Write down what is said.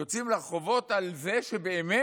יוצאים לרחובות על זה שבאמת